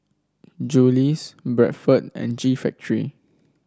Julie's Bradford and G Factory